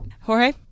Jorge